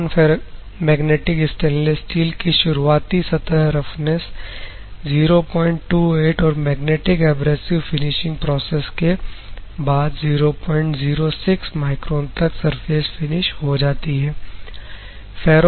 non ferromagnetic stainless steel की शुरुआती सतह रफनेस 028 और मैग्नेटिक एब्रेसिव फिनिशिंग प्रोसेस के बाद 006 माइक्रोन तक सरफेस फिनिश हो जाती है